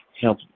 help